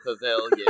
Pavilion